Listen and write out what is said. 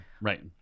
Right